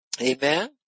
Amen